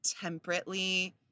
temperately